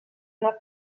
anar